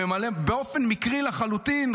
באופן מקרי לחלוטין,